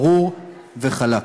ברור וחלק.